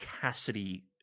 Cassidy